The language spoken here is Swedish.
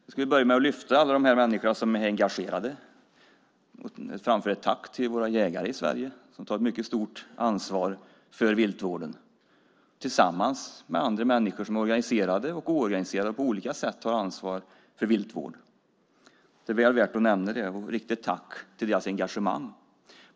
Jag vill lyfta fram alla de människor som är engagerade och framföra ett tack till våra jägare i Sverige som tillsammans med andra organiserade och oorganiserade människor på olika sätt tar ett stort ansvar för viltvården. Det är väl värt att nämna det och tacka för deras engagemang.